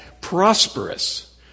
prosperous